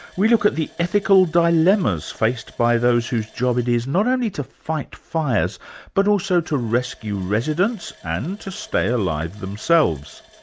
we look at the ethical dilemmas faced by those whose job it is not only to fight fires but also to rescue residents and to stay alive themselves.